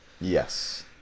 yes